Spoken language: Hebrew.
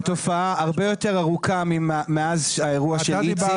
תופעה הרבה יותר ארוכה מאז האירוע של איציק.